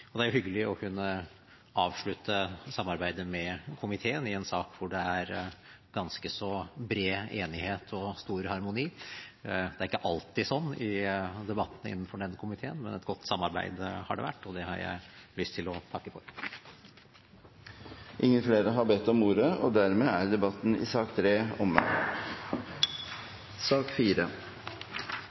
Det er hyggelig å kunne avslutte samarbeidet med komiteen i en sak hvor det er ganske så bred enighet og stor harmoni. Det er ikke alltid slik i debattene innenfor denne komiteen. Men et godt samarbeid har det vært, og det har jeg lyst til å takke for. Flere har ikke bedt om ordet